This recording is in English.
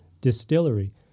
distillery